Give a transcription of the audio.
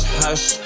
hush